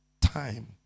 time